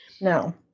No